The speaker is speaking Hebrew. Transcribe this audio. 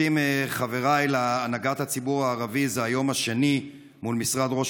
חבריי להנהגת הציבור הערבי שובתים זה היום השני מול משרד ראש